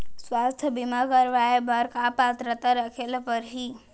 स्वास्थ्य बीमा करवाय बर का पात्रता रखे ल परही?